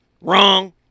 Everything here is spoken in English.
Wrong